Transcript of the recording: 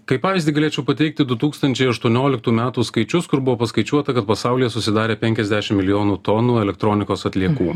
kaip pavyzdį galėčiau pateikti du tūkstančiai aštuonioliktų metų skaičius kur buvo paskaičiuota kad pasaulyje susidarė penkiasdešim milijonų tonų elektronikos atliekų